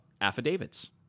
affidavits